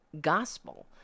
gospel